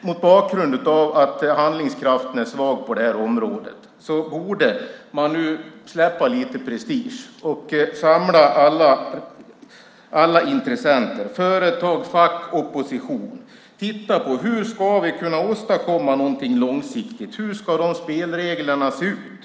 Mot bakgrund av att handlingskraften är svag på det här området borde man nu släppa lite prestige och samla alla intressenter, företag, fack, opposition och titta på hur vi ska kunna åstadkomma någonting långsiktigt. Hur ska de spelreglerna se ut?